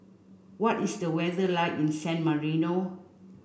what is the weather like in San Marino